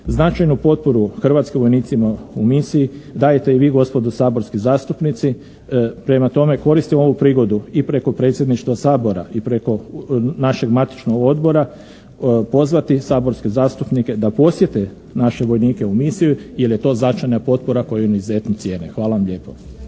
Značajnu potporu hrvatskim vojnicima u misiji dajete i vi gospodo saborski zastupnici, prema tome koristim ovu prigodu i preko predsjedništva Sabora i preko našeg matičnog odbora pozvati saborske zastupnike da posjete naše vojnike u misiji jer je to značajna potpora koju oni izuzetno cijene. Hvala vam lijepo.